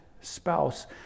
spouse